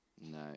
No